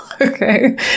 Okay